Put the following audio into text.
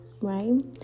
right